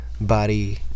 body